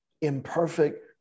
imperfect